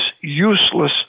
useless